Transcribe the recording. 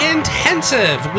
Intensive